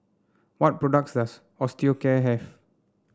what products does Osteocare have